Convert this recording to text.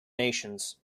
nations